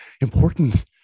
important